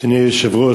אדוני היושב-ראש,